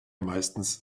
meistens